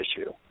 issue